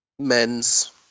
Men's